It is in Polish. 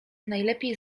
najlepiej